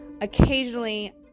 Occasionally